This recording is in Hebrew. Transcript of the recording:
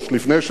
לפני שנה,